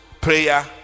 prayer